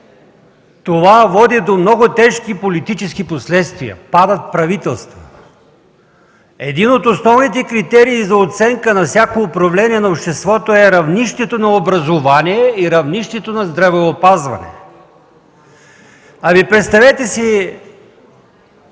това води до много тежки политически последствия – падат правителства. Един от основните критерии за оценка на всяко управление е равнището на образование и равнището на здравеопазване. Ами, представете си,